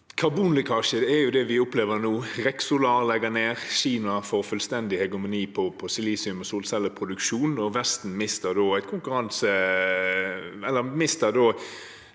Karbonlek- kasjer er jo det vi opplever nå. REC Solar legger ned, Kina får fullstendig hegemoni på silisium- og solcelleproduksjon, og Vesten mister tilgang